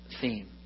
theme